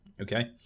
Okay